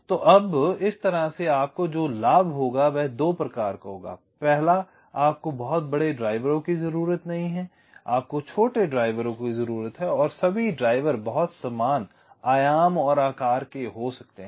तो अब इस तरह से आपको जो लाभ होगा वह 2 प्रकार का होगा पहले आपको बहुत बड़े ड्राइवरों की ज़रूरत नहीं है आपको छोटे ड्राइवरों की ज़रूरत है और सभी ड्राइवर बहुत समान आयाम और आकार के हो सकते हैं